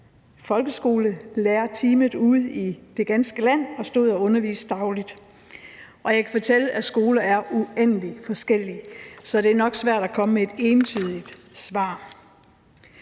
folkeskolelærerteamet ude i det ganske land og stod og underviste dagligt. Og jeg kan fortælle, at skoler er uendelig forskellige, så det er nok svært at komme med et entydigt svar.